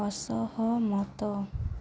ଅସହମତ